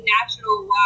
national